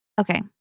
okay